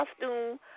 costume